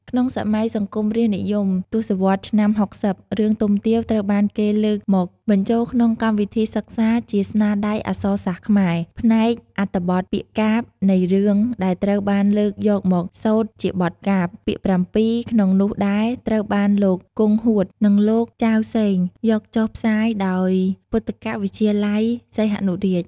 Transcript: ក្នុងសម័យសង្គមរាស្ត្រនិយម ទស្សវតន៍ឆ្នាំ៦០ រឿងទុំទាវ ត្រូវបានគេលើកមកបញ្ជូលក្នុងកម្មវិធីសិក្សា ជាស្នាដៃអក្សរសាស្ត្រខ្មែរ ផ្នែកអត្ថបទពាក្យកាព្យនៃរឿង ដែលត្រូវបានលើកយកមកសូត្រជាបទកាព្យ ពាក្យ៧ ក្នុងនោះដែលត្រូវបានលោក គង់ហួត និង លោកចាវ សេង យកចុះផ្សាយដោយពុទ្ធកវិទ្យាល័យសីហនុរាជ។